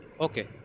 Okay